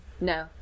No